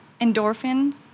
endorphins